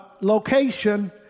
location